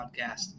podcast